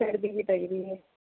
سردی بھی لگ رہی ہے